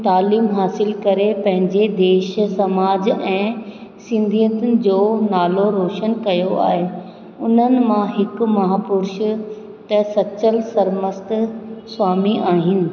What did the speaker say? तालीम हासिलु करे पंहिंजे देश समाज ऐं सिंधियत जो नालो रोशन कयो आहे उन्हनि मां हिकु महापुरुष त सचल सरमस्त सामी आहिनि